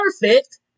perfect